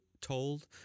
told